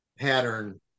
pattern